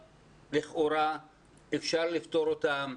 החריגות האלה לכאורה אפשר לפתור אותן.